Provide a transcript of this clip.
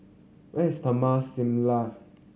where is Taman Similar